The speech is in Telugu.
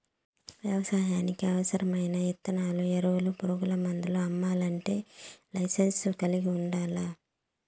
వ్యవసాయానికి అవసరమైన ఇత్తనాలు, ఎరువులు, పురుగు మందులు అమ్మల్లంటే లైసెన్సును కలిగి ఉండల్లా